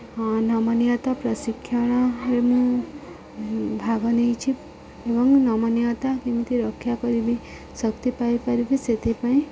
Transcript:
ହଁ ନମନୀୟତା ପ୍ରଶିକ୍ଷଣରେ ମୁଁ ଭାଗ ନେଇଛି ଏବଂ ନମନୀୟତା କେମିତି ରକ୍ଷା କରିବି ଶକ୍ତି ପାଇପାରିବି ସେଥିପାଇଁ